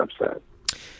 upset